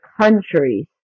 countries